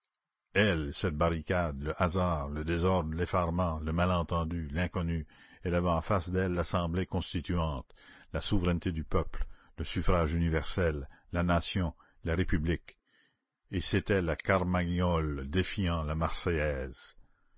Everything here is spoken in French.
elle cette barricade le hasard le désordre l'effarement le malentendu l'inconnu elle avait en face d'elle l'assemblée constituante la souveraineté du peuple le suffrage universel la nation la république et c'était la carmagnole défiant la marseillaise